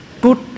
put